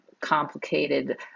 complicated